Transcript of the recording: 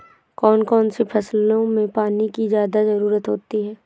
कौन कौन सी फसलों में पानी की ज्यादा ज़रुरत होती है?